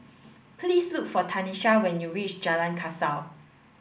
please look for Tanisha when you reach Jalan Kasau